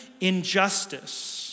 injustice